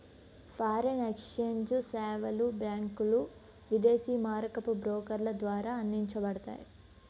foreign exchange సేవలు బ్యాంకులు, విదేశీ మారకపు బ్రోకర్ల ద్వారా అందించబడతాయి